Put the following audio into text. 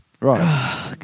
Right